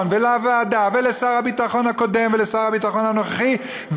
ולוועדה ולשר הביטחון הקודם ולשר הביטחון הנוכחי,